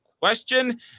question